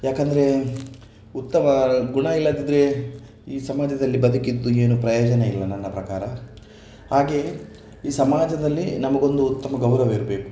ಯಾಕೆಂದರೆ ಉತ್ತಮ ಗುಣ ಇಲ್ಲದಿದ್ದರೆ ಈ ಸಮಾಜದಲ್ಲಿ ಬದುಕಿದ್ದೂ ಏನೂ ಪ್ರಯೋಜನ ಇಲ್ಲ ನನ್ನ ಪ್ರಕಾರ ಹಾಗೆಯೇ ಈ ಸಮಾಜದಲ್ಲಿ ನಮಗೊಂದು ಉತ್ತಮ ಗೌರವವಿರಬೇಕು